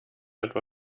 etwa